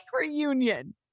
reunion